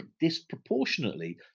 disproportionately